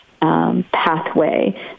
Pathway